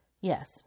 Yes